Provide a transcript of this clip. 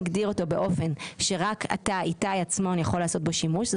כלומר, זה